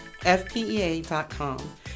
fpea.com